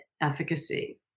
efficacy